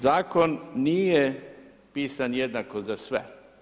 Zakon nije pisan jednako za sve.